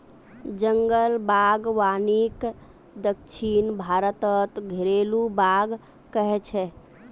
जंगल बागवानीक दक्षिण भारतत घरेलु बाग़ कह छे